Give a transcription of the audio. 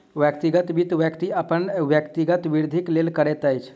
व्यक्तिगत वित्त, व्यक्ति अपन व्यक्तिगत वृद्धिक लेल करैत अछि